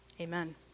Amen